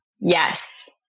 Yes